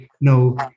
no